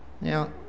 Now